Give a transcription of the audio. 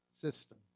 system